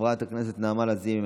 חברת הכנסת נעמה לזימי,